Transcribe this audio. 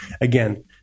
Again